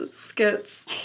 skits